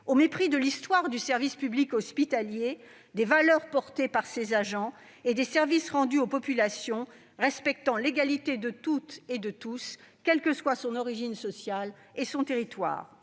au mépris de l'histoire du service public hospitalier, des valeurs incarnées par ses agents et des services rendus aux populations dans le respect de l'égalité de toutes et tous, quels que soient l'origine sociale et le territoire.